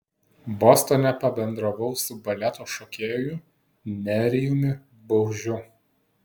bostone pabendravau su baleto šokėju nerijumi baužiu